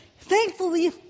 Thankfully